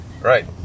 Right